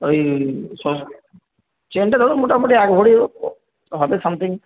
ওই চেনটা ধরুন মোটামুটি এক ভরি হবে সামথিং